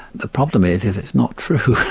the problem is is it's not true.